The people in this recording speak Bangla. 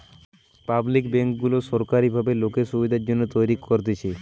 পাবলিক বেঙ্ক গুলা সোরকারী ভাবে লোকের সুবিধার জন্যে তৈরী করতেছে